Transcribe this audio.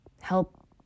help